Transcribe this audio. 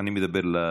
אני מדבר למציעים,